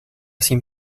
sin